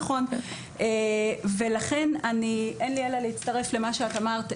נכון, ולכן אין לי אלא להצטרף למה שאת אמרת.